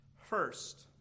First